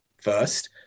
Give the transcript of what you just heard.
first